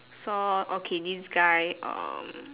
saw okay this guy um